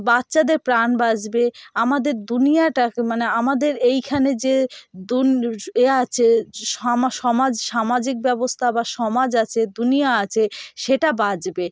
বাচ্চাদের প্রাণ বাঁচবে আমাদের দুনিয়াটাকে মানে আমাদের এইখানে যে দুনি এ আছে সমাজ সমাজ সামাজিক ব্যবস্তা বা সমাজ আছে দুনিয়া আছে সেটা বাঁচবে